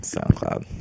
SoundCloud